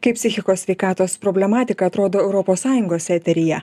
kaip psichikos sveikatos problematika atrodo europos sąjungos eteryje